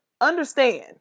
understand